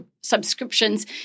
subscriptions